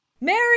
Mary